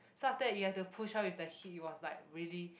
so after that you have to push her with the heat it was like really